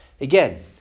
Again